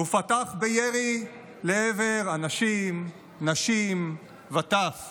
ופתח בירי לעבר אנשים, נשים וטף